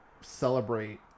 celebrate